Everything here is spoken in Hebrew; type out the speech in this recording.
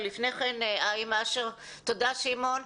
תודה, שמעון.